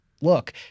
look